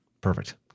Perfect